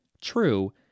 True